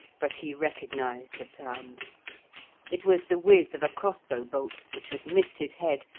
but he recognised the sound it was the whiz of a crossbow bolt, which had missed his head,